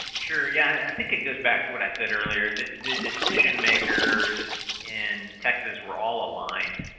sure. yeah. i think it goes back to what i said earlier. the decision makers in texas were all aligned,